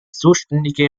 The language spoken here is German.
zuständige